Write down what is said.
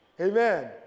Amen